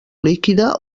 líquida